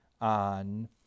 on